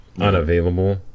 unavailable